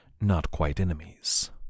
not-quite-enemies